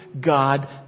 God